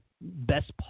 best